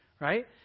right